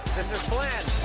this is flynn.